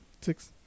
Six